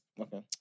Okay